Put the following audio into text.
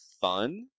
fun